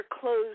closed